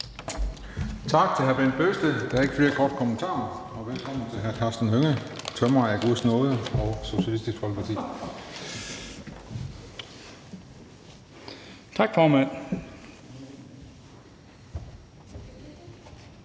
Tak til hr. Bent Bøgsted. Der er ikke flere korte bemærkninger, så velkommen til hr. Karsten Hønge, tømrer af guds nåde og Socialistisk Folkeparti. Kl.